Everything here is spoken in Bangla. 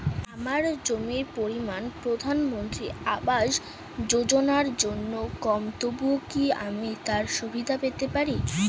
আমার জমির পরিমাণ প্রধানমন্ত্রী আবাস যোজনার জন্য কম তবুও কি আমি তার সুবিধা পেতে পারি?